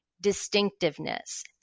distinctiveness